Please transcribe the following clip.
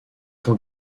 ton